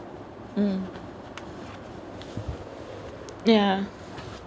mm ya